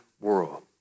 world